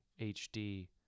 HD